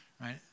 Right